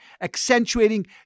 accentuating